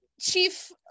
Chief